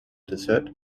desert